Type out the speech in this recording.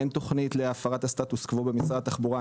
אין תכנית להפרת הסטטוס קוו במשרד התחבורה,